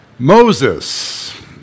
Moses